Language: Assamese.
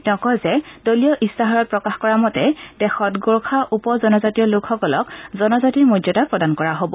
তেওঁ কয় যে দলীয় ইস্তাহাৰত প্ৰকাশ কৰা মতে দেশত গোৰ্খা উপ জনজাতীয় লোকসকলক জনজাতিৰ মৰ্য্যাদা প্ৰদান কৰা হ'ব